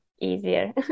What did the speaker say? easier